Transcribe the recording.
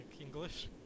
English